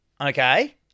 okay